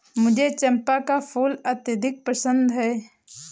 मुझे चंपा का फूल अत्यधिक पसंद है